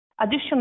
Additionally